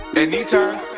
Anytime